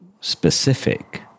specific